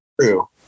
true